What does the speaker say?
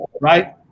right